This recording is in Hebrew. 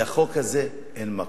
לחוק הזה אין מקום.